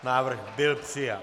Návrh byl přijat.